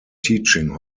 teaching